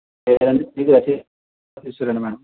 లేదంటే బిల్లు రసీదు తీసుకురండి మేడం